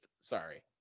Sorry